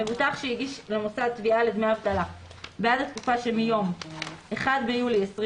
מבוטח שהגיש למוסד תביעה לדמי אבטלה בעד התקופה שמיום (1 ביולי 2020)